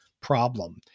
problem